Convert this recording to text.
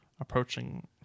approaching